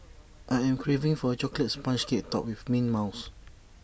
I am craving for A Chocolate Sponge Cake Topped with mint mouse